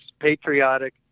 patriotic